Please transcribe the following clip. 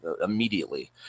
immediately